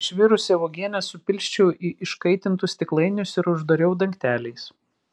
išvirusią uogienę supilsčiau į iškaitintus stiklainius ir uždariau dangteliais